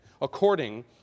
according